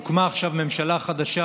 הוקמה עכשיו ממשלה חדשה.